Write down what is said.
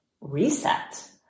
reset